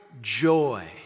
joy